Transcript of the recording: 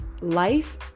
life